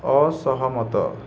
ଅସହମତ